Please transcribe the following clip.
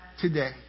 today